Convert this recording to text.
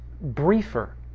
briefer